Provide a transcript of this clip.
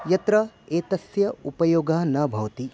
यत्र एतस्य उपयोगः न भवति